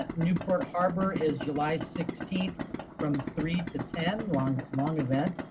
ah newport harbor is july sixteenth from three to ten, long long event.